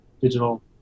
digital